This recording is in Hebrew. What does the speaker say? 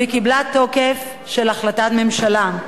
והיא קיבלה תוקף של החלטת ממשלה.